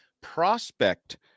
prospect